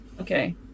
Okay